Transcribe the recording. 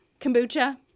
kombucha